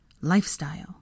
lifestyle